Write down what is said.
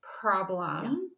problem